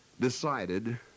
decided